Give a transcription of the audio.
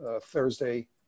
Thursday